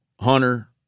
hunter